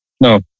No